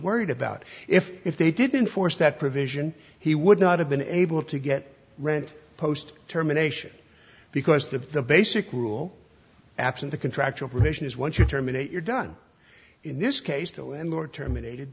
worried about if if they didn't force that provision he would not have been able to get rent post terminations because the basic rule absent the contractual provision is once you terminate you're done in this case the landlord terminated